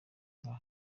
nka